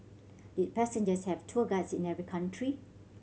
did passengers have tour guides in every country